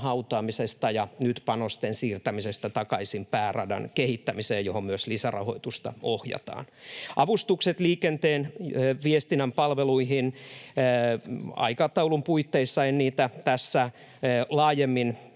hautaamisesta ja nyt panosten siirtämisestä takaisin pääradan kehittämiseen, johon myös lisärahoitusta ohjataan. Avustukset liikenteen ja viestinnän palveluihin: Aikataulun puitteissa en niitä tässä laajemmin